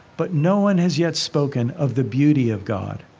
but no one has yet spoken of the beauty of god.